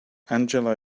angela